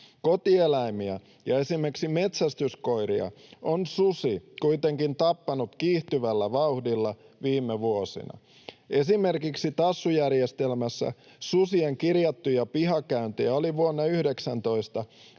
Kotieläimiä ja esimerkiksi metsästyskoiria on susi kuitenkin tappanut kiihtyvällä vauhdilla viime vuosina. Esimerkiksi Tassu-järjestelmässä susien kirjattuja pihakäyntejä oli vuonna 2019